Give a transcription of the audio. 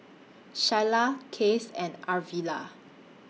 Shyla Case and Arvilla